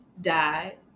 died